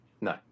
no